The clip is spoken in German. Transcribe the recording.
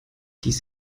dies